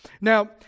Now